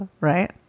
right